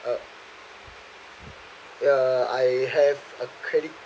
uh ya I have a credit